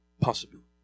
possibility